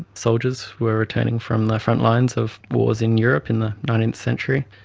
soldiers were returning from the front lines of wars in europe in the nineteenth century,